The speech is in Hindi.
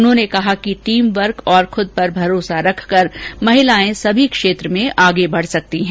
उन्होंने कहा कि टीम वर्क और खूद पर भरोसा रख महिलाएं सभी क्षेत्रों में आगे बढ सकती हैं